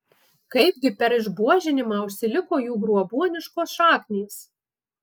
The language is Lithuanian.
kaipgi per išbuožinimą užsiliko jų grobuoniškos šaknys